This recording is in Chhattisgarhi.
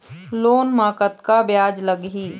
लोन म कतका ब्याज लगही?